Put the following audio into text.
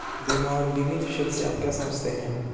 बीमा और बीमित शब्द से आप क्या समझते हैं?